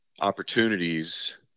opportunities